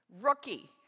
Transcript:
Rookie